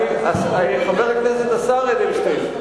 השר אדלשטיין,